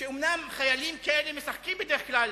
שאומנם חיילים כאלה משחקים בדרך כלל